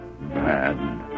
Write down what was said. bad